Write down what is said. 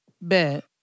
bet